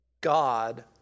God